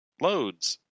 loads